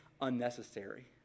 unnecessary